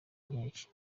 nkeke